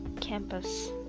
campus